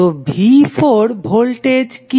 তো V4 voltage কি